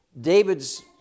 david's